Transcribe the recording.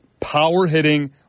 power-hitting